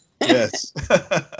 Yes